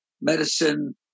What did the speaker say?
medicine